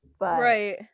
Right